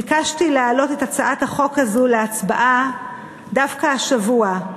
ביקשתי להעלות את הצעת החוק הזאת להצבעה דווקא השבוע,